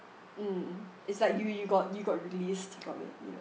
mm it's like you you you got released you got